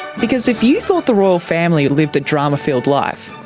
because if you thought the royal family lived a drama filled life,